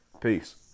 peace